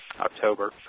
October